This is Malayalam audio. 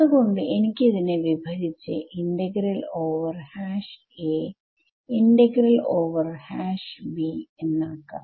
അത്കൊണ്ട് എനിക്ക് ഇതിനെ വിഭജിച്ച് ഇന്റഗ്രൽ ഓവർ aintegral over aഇന്റഗ്രൽ ഓവർ bintegral overbഎന്നാക്കാം